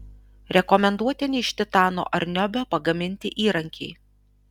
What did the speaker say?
rekomenduotini iš titano ar niobio pagaminti įrankiai